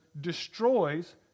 destroys